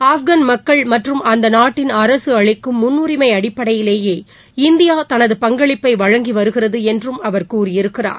ஆப்கன் மக்கள் மற்றும் அந்தநாட்டின் அரகஅளிக்கும் முன்னுரிமைஅடிப்படையிலேயே இந்தியாதனது பங்களிப்பைவழங்கிவருகிறதுஎன்றும் அவர் கூறியிருக்கிறார்